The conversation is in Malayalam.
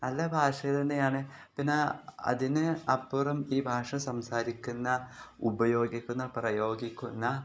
നല്ല ഭാഷയിൽ തന്നെയാണ് പിന്നെ അതിന് അപ്പുറം ഈ ഭാഷ സംസാരിക്കുന്ന ഉപയോഗിക്കുന്ന പ്രയോഗിക്കുന്ന